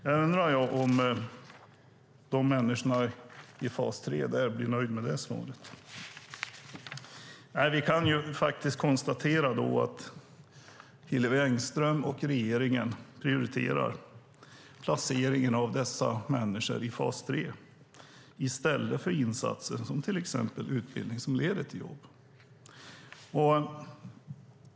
Jag undrar om de här människorna i fas 3 blir nöjda med svaret. Nej, vi kan konstatera att Hillevi Engström och regeringen prioriterar placeringen av dessa människor i fas 3 i stället för insatser, som till exempel utbildning, som leder till jobb.